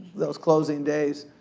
those closing days,